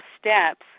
steps